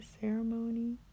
ceremony